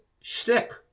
shtick